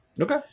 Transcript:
Okay